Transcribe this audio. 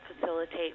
facilitate